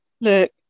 Look